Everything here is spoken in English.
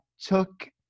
took